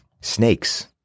Snakes